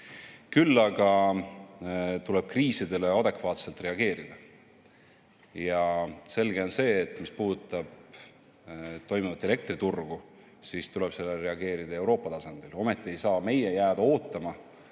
näha. Küll aga tuleb kriisidele adekvaatselt reageerida. Selge on see, et mis puudutab toimivat elektriturgu, siis tuleb sellele reageerida Euroopa tasandil. Ometi ei saa me jääda ootama,